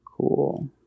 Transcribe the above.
cool